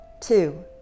Two